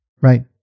Right